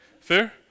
fair